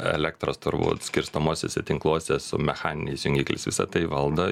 elektros turbūt skirstomuosiuose tinkluose su mechaniniais jungikliais visa tai valdo